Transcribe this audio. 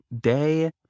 day